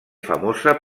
famosa